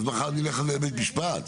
אז מחר נלך לבית משפט?